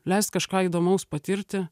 leist kažką įdomaus patirti